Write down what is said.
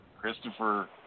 Christopher